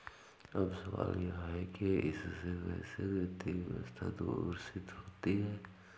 अब सवाल यह है कि क्या इससे वैश्विक वित्तीय व्यवस्था दूषित होती है